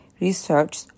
research